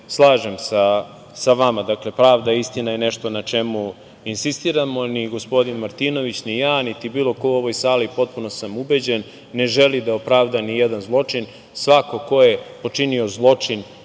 slažem sa vama. Pravda i istina je nešto na čemu insistiramo. Ni gospodin Martinović, ni ja, niti bilo ko u ovoj sali, potpuno sam ubeđen, ne želi da opravda ni jedan zločin. Svako ko je počinio zločin